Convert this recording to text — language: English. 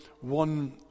one